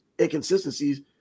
inconsistencies